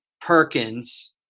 Perkins